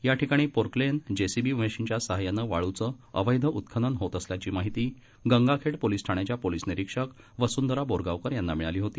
या ठिकाणी Poclain JCB मशिनच्या सहाय्याने वाळूचं अवैध उत्खनन होत असल्याची माहिती गंगाखेड पोलीस ठाण्याच्या पोलीस निरीक्षक वसंधरा बोरगावकर यांना मिळाली होती